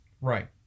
Right